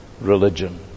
religion